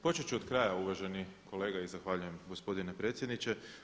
Početi ću od kraja uvaženi kolega i zahvaljujem gospodine predsjedniče.